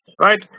right